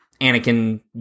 Anakin